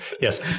Yes